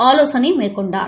ஆலோசனை மேற்கொண்டார்